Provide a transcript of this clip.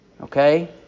Okay